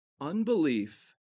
unbelief